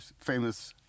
famous